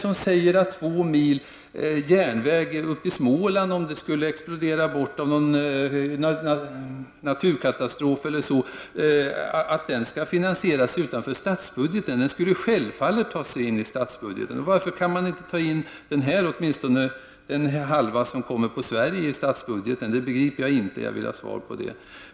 Om två mil järnväg i Småland skulle försvinna i någon naturkatastrof eller liknande, skulle den självfallet finansieras via statsbudgeten och inte utanför den. Varför kan man inte ta kostnaden för den halva av tunneln som faller på Sverige på statsbudgeten? Det begriper jag inte. Jag vill ha ett svar på den frågan.